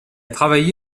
travaillé